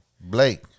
Blake